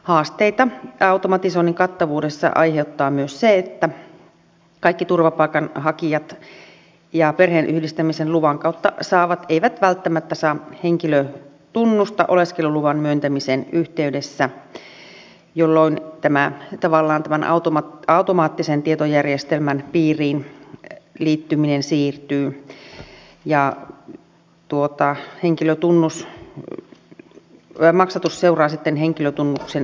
haasteita automatisoinnin kattavuudessa aiheuttaa myös se että kaikki turvapaikanhakijat ja perheenyhdistämisen kautta luvan saavat eivät välttämättä saa henkilötunnusta oleskeluluvan myöntämisen yhteydessä jolloin tavallaan tämän automaattisen tietojärjestelmän piiriin liittyminen siirtyy ja maksatus seuraa sitten henkilötunnuksen saamista